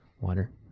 water